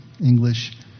English